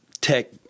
tech